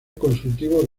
consultivo